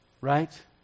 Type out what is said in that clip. right